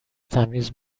تمیز